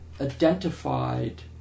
identified